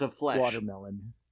watermelon